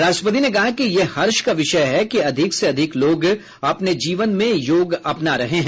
राष्ट्रपति ने कहा कि यह हर्ष का विषय है कि अधिक से अधिक लोग अपने जीवन में योग अपना रहे हैं